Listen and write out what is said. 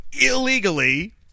illegally